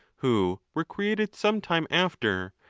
who were created some time after,